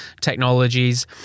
technologies